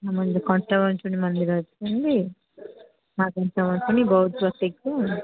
ଆମର ଯୋଉ କଣ୍ଟାବୈଷ୍ଣି ମନ୍ଦିର ଅଛି ସେଠି ବହୁତ ପ୍ରତ୍ୟକ୍ଷ